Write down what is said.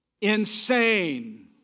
insane